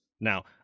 Now